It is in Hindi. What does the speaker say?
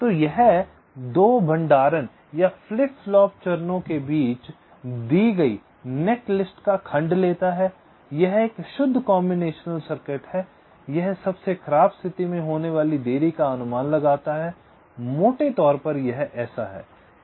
तो यह 2 भंडारण या फ्लिप फ्लॉप चरणों के बीच दी गई नेटलिस्ट का खंड लेता है यह एक शुद्ध कॉम्बिनेशनल सर्किट है यह सबसे खराब स्थिति में होने वाली देरी का अनुमान लगाता है मोटे तौर पर यह ऐसा है